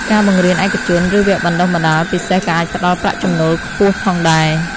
ការបង្រៀនឯកជន ឬវគ្គបណ្តុះបណ្តាលពិសេសក៏អាចផ្តល់ប្រាក់ចំណូលខ្ពស់ផងដែរ។